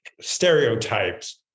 stereotypes